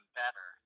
better